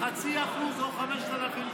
0.5% או 5,000 שקל,